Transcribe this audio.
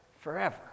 forever